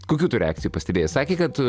kokių tu reakcijų pastebėję sakė kadtu